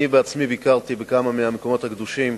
אני עצמי ביקרתי בכמה מהמקומות הקדושים,